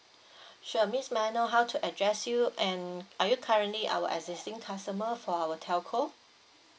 sure uh miss may I know how to address you and are you currently our existing customer for our telco